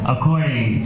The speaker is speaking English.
According